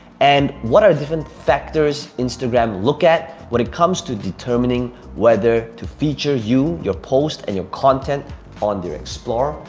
and what are different factors instagram look at when it comes to determining whether to feature you, your post and your content on their explore,